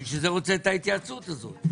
לכן אני רוצה את ההתייעצות הזאת.